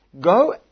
Go